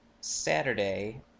Saturday